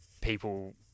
people